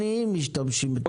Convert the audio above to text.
העניים משתמשים בתחבורה ציבורית.